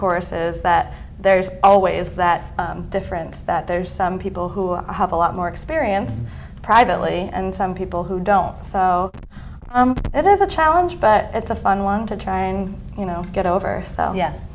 choruses that there's always that difference that there's some people who have a lot more experience privately and some people who don't so it is a challenge but it's a fun one to trying you know get over it so yeah